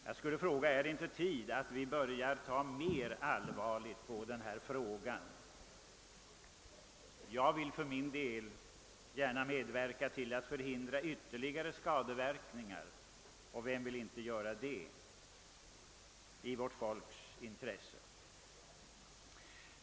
Jag skulle vilja fråga: Är det inte tid att börja se mer allvarligt på denna fråga? Jag skall för min del gärna medverka till att förhindra ytterligare skadeverkningar — och vem vill inte göra det i vårt folks intresse?